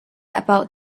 about